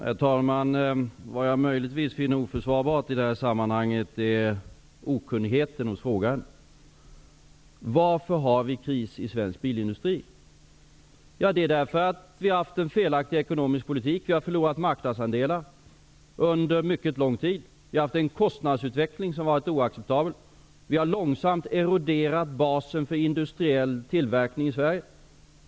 Herr talman! Vad jag möjligtvis finner oförsvarbart i detta sammanhang är okunnigheten hos frågeställaren. Varför har vi kris i svensk bilindustri? Det är därför att vi har haft en felaktig ekonomisk politik. Vi har förlorat marknadsandelar under mycket lång tid. Vi har haft en kostnadsutveckling som har varit oacceptabel. Vi har långsamt eroderat basen för industriell tillverkning i Sverige.